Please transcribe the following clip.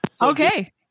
Okay